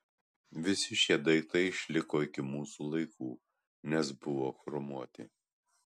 visi šie daiktai išliko iki mūsų laikų nes buvo chromuoti